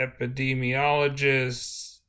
epidemiologists